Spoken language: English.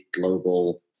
global